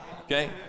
Okay